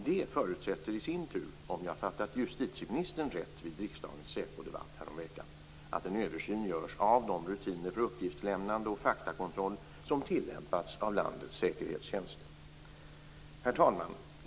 Det förutsätter i sin tur, om jag har uppfattat justitieministern rätt vid riksdagens SÄPO-debatt häromveckan, att en översyn görs av de rutiner för uppgiftslämnande och faktakontroll som har tillämpats av landets säkerhetstjänst. Herr talman!